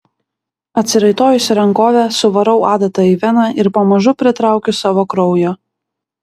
atsiraitojusi rankovę suvarau adatą į veną ir pamažu pritraukiu savo kraujo